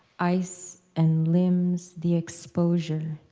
ice, and limbs, the exposure.